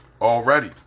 already